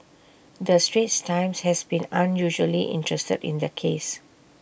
the straits times has been unusually interested in the case